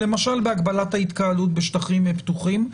למשל בהגבלת ההתקהלות בשטחים פתוחים.